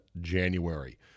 January